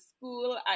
school